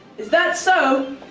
is that so?